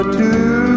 two